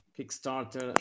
Kickstarter